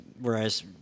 Whereas